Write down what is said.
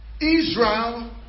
Israel